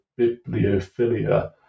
bibliophilia